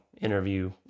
interview